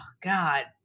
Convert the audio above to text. god